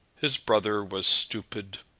his brother was stupid,